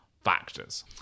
factors